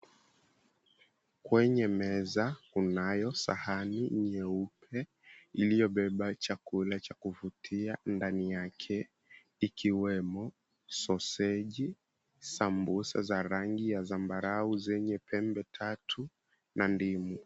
Kwenye meza kunayo sahani nyeupe iliyobeba chakula cha kuvutia ndani yake ikiwemo soseji, sambusa za rangi ya zambarau zenye pembe tatu na ndimu.